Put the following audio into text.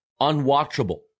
unwatchable